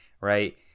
right